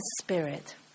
spirit